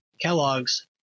Kellogg's